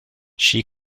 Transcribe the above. she